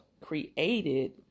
created